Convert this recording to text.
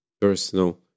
personal